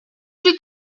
plus